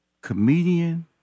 comedian